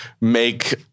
make